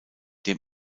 dem